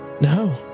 No